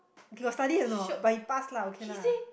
he got study or not but he passed lah okay lah